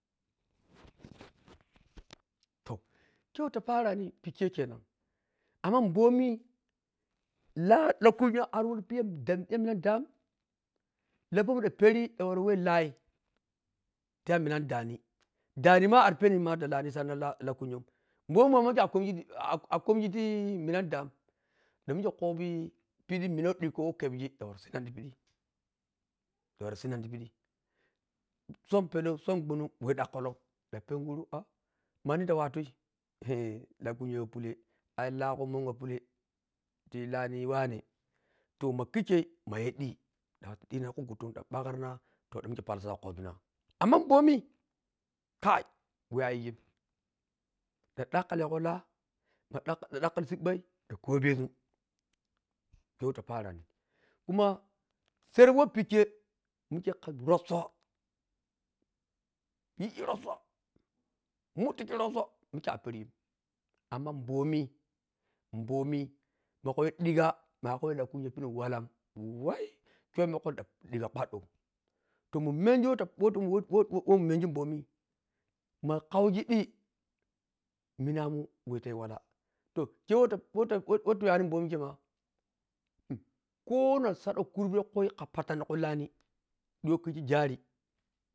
toh the ta to ta tarani pekhe kunnu amma bomi lah-lahkunyo ariwari penidha dinminam dham lahyomin ďanperi ďan warawah lahyi ta minani dhani dhanima aripenima tala lahni sanna lah-lahkùnyom bomi ma mikhe a komg ti minani dham danmikhe khobi-pe mina wa dikko wa khemgi dhanwari sinnu ti pidhanwari sinnati yidhi sùn pelau sun gunum wa dakhulau dhanpenguro “aa” mani tu wato “e” lahkhunyo yhoyùla ai lahgho munyhojhuiah ti lahni wane to makhikhe mayidhi danwata hina ti ḱu guntum dhanƀgarina to danmikha palisab dhakhobina amma boni kai wa ayigim ta ďakhilegulah ma dakh, simbai to kobesun ke wahta tarani kùma saramwah pekĥe mekhekha rosa yijirasoh tùfogiroso kikhe apergim amma ƀomi bomi mogoyo dhiga makawah lahkunyowah walam wai kyomina yhokwai dan dhiga bwadaw to ma menji wah. whafa mun mengi bami ma kheugi dhi minamun wahtayi wala to wahta-wahtayiwani bomi ke ma konok saďan kurbe ḱhui khapantati tikuni lahni. diyoh kiz jari